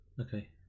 Okay